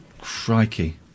crikey